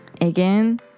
Again